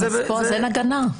אז פה אין הגנה.